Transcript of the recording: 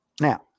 Now